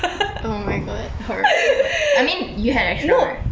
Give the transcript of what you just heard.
oh my god I mean you had extra right